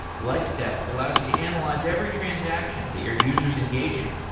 lightstep allows you to analyze every transaction that your users engage in.